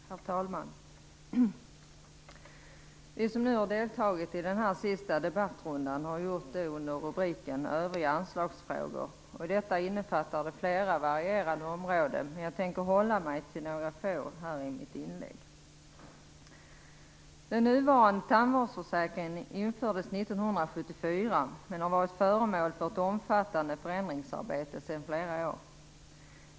Herr talman! Vi som nu har deltagit i den sista debattrundan har gjort det under rubriken Övriga anslagsfrågor. Detta infattar varierande områden. Jag tänker hålla mig till några få i mitt inlägg. 1974, men har varit föremål för ett omfattande förändringsarbete sedan flera år.